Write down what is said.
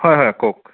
হয় হয় কওক